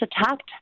attacked